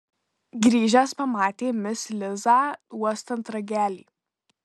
grįžęs pamatė mis lizą uostant ragelį